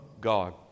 God